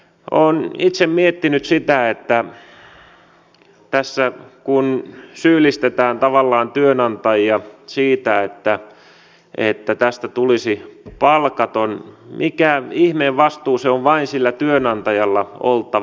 olen itse miettinyt sitä tässä kun syyllistetään tavallaan työnantajia siitä että tästä tulisi palkaton mikä ihmeen vastuu se on vain sillä työnantajalla oltava